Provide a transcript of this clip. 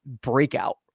breakout